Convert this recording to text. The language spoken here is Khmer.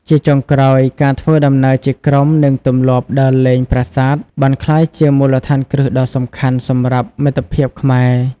ជាចុងក្រោយ ការធ្វើដំណើរជាក្រុមនិងទម្លាប់ដើរលេងប្រាសាទបានក្លាយជាមូលដ្ឋានគ្រឹះដ៏សំខាន់សម្រាប់មិត្តភាពខ្មែរ។